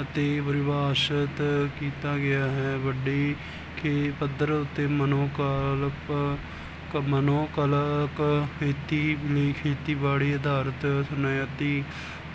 ਅਤੇ ਪਰਿਭਾਸ਼ਤ ਕੀਤਾ ਗਿਆ ਹੈ ਵੱਡੀ ਕਿ ਪੱਧਰ ਉੱਤੇ ਮਨੋ ਕਲਪ ਮਨੋਕਲਕ ਖੇਤੀ ਲਈ ਖੇਤੀਬਾੜੀ ਅਧਾਰਤ ਸਨਅਤੀ